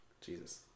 Jesus